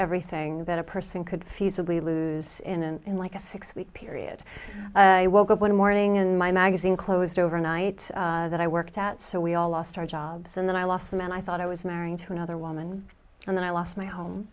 everything that a person could feasibly lose in an in like a six week period i woke up one morning and my magazine closed overnight that i worked at so we all lost our jobs and then i lost the man i thought i was marrying to another woman and then i lost my home